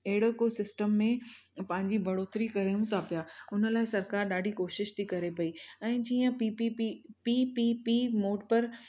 अहिड़ो को सिस्टम में पंहिंजी बढ़ोतरी करनि था पिया उन लाइ सरकार ॾाढी कोशिश थी करे पई ऐं जीअं पी पी पी पी पी पी मोपर